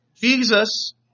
Jesus